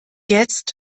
jetzt